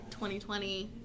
2020